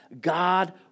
God